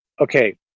Okay